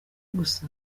gusa